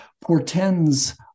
portends